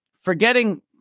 forgetting